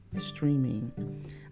streaming